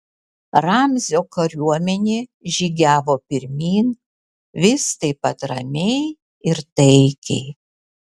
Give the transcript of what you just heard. ramzio kariuomenė žygiavo pirmyn vis taip pat ramiai ir taikiai